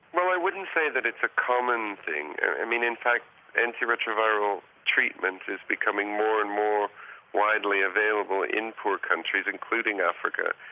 well i wouldn't say that it's a common thing. and i mean in fact antiretroviral treatment is becoming more and more widely available in poor countries including africa.